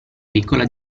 piccola